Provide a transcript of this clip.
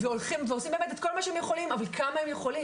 ועושים את כל מה שהם יכולים אבל כמה הם יכולים.